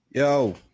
Yo